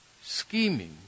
scheming